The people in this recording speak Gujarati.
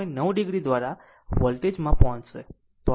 9 o દ્વારા વોલ્ટેજ માં પહોંચશે